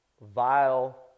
vile